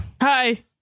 Hi